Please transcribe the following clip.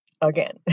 again